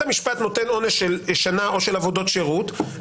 המשפט נותן עונש של שנה או של עבודות שירות,